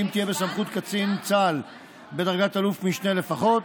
תהיה בסמכות קצין צה"ל בדרגת אלוף משנה לפחות